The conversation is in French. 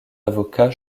avocat